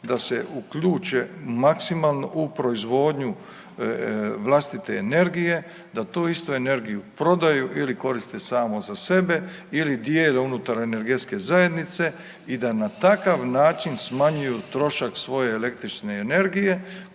da se uključe maksimalno u proizvodnju vlastite energije, da tu istu energiju prodaju ili koriste samo za sebe ili dijele unutar energetske zajednice i da na takav način smanjuju trošak svoje električne energije